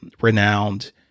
renowned